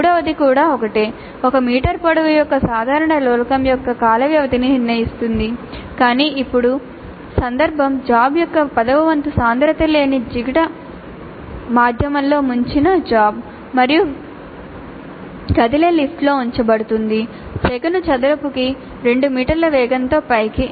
మూడవది కూడా ఒకటే 1 మీటర్ పొడవు యొక్క సాధారణ లోలకం యొక్క కాల వ్యవధిని నిర్ణయిస్తుంది కాని ఇప్పుడు సందర్భం బాబ్ యొక్క పదవ వంతు సాంద్రత లేని జిగట మాధ్యమంలో ముంచిన బాబ్ మరియు కదిలే లిఫ్ట్లో ఉంచబడుతుంది సెకను చదరపుకి 2 మీటర్ల వేగంతో పైకి